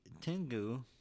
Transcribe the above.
Tengu